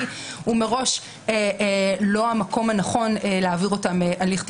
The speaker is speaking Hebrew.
מראש לא המקום הנכון להעביר אותם הליך טיפולי.